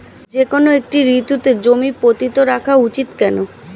যেকোনো একটি ঋতুতে জমি পতিত রাখা উচিৎ কেন?